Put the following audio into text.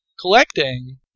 collecting